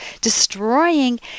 destroying